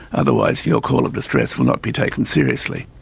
otherwise your call of distress will not be taken seriously.